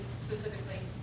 Specifically